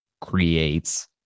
creates